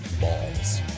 Balls